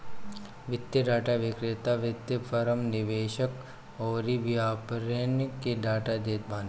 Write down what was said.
वित्तीय डाटा विक्रेता वित्तीय फ़रम, निवेशक अउरी व्यापारिन के डाटा देत बाने